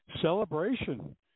celebration